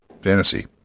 Fantasy